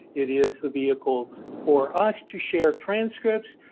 it is the vehicle for us to share transcripts.